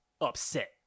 upset